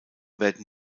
werden